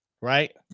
right